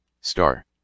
star